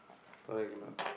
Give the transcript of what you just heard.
correct or not